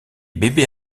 bébés